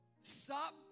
Stop